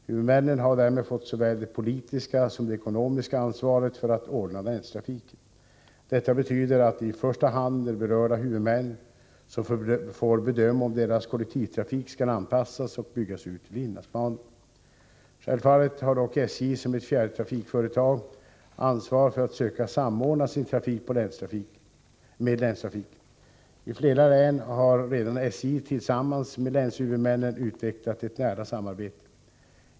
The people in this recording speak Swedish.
Huvudmännen har därmed fått såväl det politiska som det ekonomiska ansvaret för att ordna länstrafiken. Detta betyder att det i första hand är berörda huvudmän som får bedöma om deras kollektivtrafik skall anpassas och byggas ut till inlandsbanan. Självfallet har dock SJ som ett fjärrtrafikföretag ansvar för att söka samordna sin trafik med länstrafiken. I flera län har redan SJ tillsammans med länshuvudmännen utvecklat ett nära samarbete.